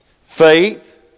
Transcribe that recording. Faith